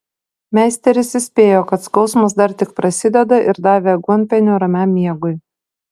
meisteris įspėjo kad skausmas dar tik prasideda ir davė aguonpienio ramiam miegui